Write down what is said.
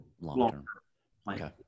long-term